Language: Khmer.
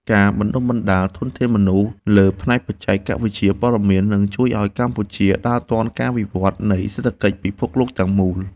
ការបណ្តុះបណ្តាលធនធានមនុស្សលើផ្នែកបច្ចេកវិទ្យាព័ត៌មាននឹងជួយឱ្យកម្ពុជាដើរទាន់ការវិវត្តនៃសេដ្ឋកិច្ចពិភពលោកទាំងមូល។